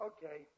Okay